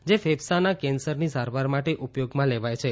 જે ફેફસાના કેન્સરની સારવાર માટે ઉપયોગમાં લેવાય છે